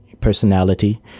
personality